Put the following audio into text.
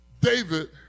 David